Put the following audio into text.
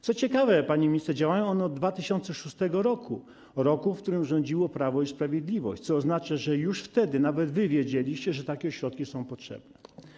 Co ciekawe, pani minister, działają one od 2006 r., czyli od roku, w którym rządziło Prawo i Sprawiedliwość, co oznacza, że już wtedy nawet wy wiedzieliście, że takie ośrodki są potrzebne.